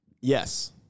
Yes